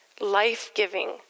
life-giving